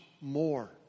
more